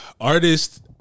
Artist